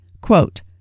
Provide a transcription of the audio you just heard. quote